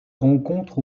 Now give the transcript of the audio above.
rencontre